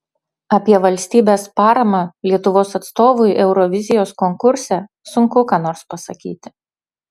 apie valstybės paramą lietuvos atstovui eurovizijos konkurse sunku ką nors pasakyti